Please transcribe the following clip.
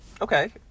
Okay